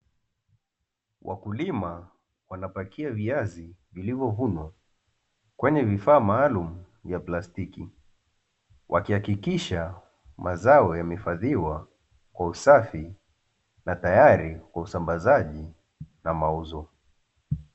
Wakulima wanapakia viazi vilivyovunwa, kwenye vifaa maalumu vya plastiki. Wakihakikisha mazao yamehifadhiwa kwa usafi na tayari kwa usambazaji na mauzo.